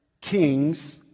kings